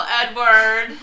Edward